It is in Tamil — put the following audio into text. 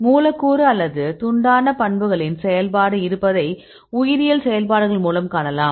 மூலக்கூறு அல்லது துண்டான பண்புகளின் செயல்பாடு இருப்பதை உயிரியல் செயல்பாடுகள் மூலம் காணலாம்